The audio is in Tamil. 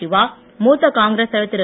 சிவா மூத்த காங்கிரஸ் தலைவர் திரு